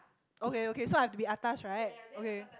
okay okay so I have to be atas right okay